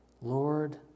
Lord